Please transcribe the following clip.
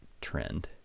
trend